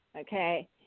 Okay